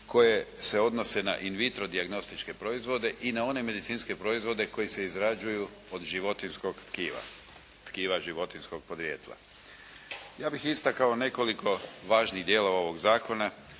koje se odnose na in vitro dijagnostičke proizvode i na one medicinske proizvode koji se izrađuju od životinjskog tkiva, tkiva životinjskog podrijetla. Ja bih istakao nekoliko važnih dijelova ovog zakona